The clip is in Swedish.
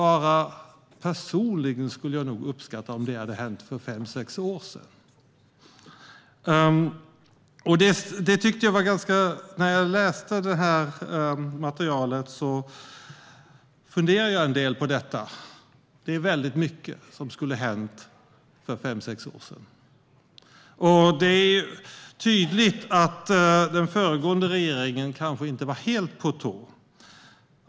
Men personligen hade jag uppskattat om det hade hänt för fem sex år sedan. När jag läste materialet funderade jag en del. Det är mycket som skulle ha hänt för fem sex år sedan. Det är tydligt att den föregående regeringen kanske inte var helt på tå.